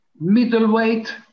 middleweight